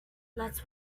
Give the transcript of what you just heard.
let